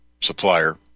supplier